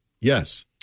yes